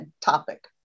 topic